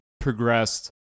progressed